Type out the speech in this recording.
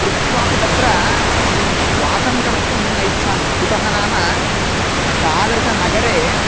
कृत्वापि तत्र किं वासं कर्तुं न इच्छामि कुतः नाम तादृशनगरे